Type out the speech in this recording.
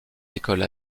écoles